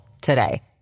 today